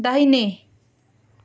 दाहिने